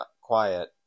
quiet